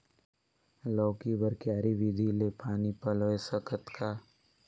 लौकी बर क्यारी विधि ले पानी पलोय सकत का?